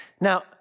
Now